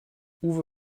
uwe